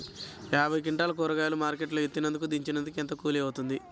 యాభై క్వింటాలు కూరగాయలు మార్కెట్ లో ఎత్తినందుకు, దించినందుకు ఏంత కూలి అవుతుంది?